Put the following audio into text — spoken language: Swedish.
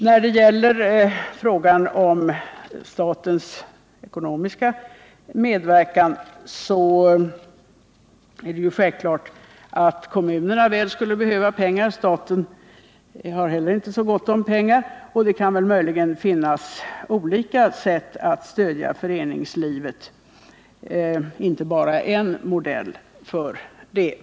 Vad beträffar frågan om statens ekonomiska medverkan är det självklart att kommunerna väl skulle behöva pengar. Men staten har heller inte så gott om pengar. Och det kan väl finnas olika sätt att stödja föreningslivet på — inte bara en modell.